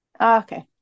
Okay